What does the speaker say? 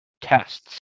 tests